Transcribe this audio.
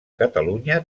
catalunya